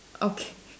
okay